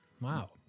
Wow